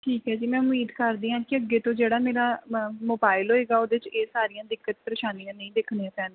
ਠੀਕ ਹੈ ਜੀ ਮੈਂ ਉਮੀਦ ਕਰਦੀ ਹਾਂ ਕਿ ਅੱਗੇ ਤੋਂ ਜਿਹੜਾ ਮੇਰਾ ਮ ਮੋਬਾਇਲ ਹੋਵੇਗਾ ਉਹਦੇ ਚ ਇਹ ਸਾਰੀਆਂ ਦਿੱਕਤ ਪ੍ਰੇਸ਼ਾਨੀਆਂ ਨਹੀਂ ਦੇਖਣੀਆਂ ਪੈਣਗੀਆਂ